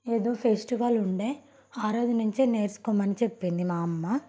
ఏదో ఫెస్టివల్ ఉండే ఆ రోజు నుంచి నేర్చుకోమని చెప్పింది మా అమ్మ